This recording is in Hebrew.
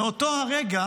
מאותו הרגע